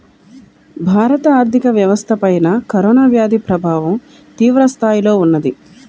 భారత ఆర్థిక వ్యవస్థపైన కరోనా వ్యాధి ప్రభావం తీవ్రస్థాయిలో ఉన్నది